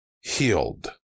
healed